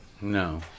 No